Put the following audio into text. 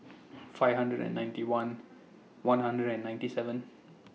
five hundred and ninety one one hundred and ninety seven